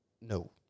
No